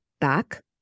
back